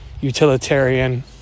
utilitarian